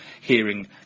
hearing